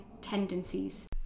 tendencies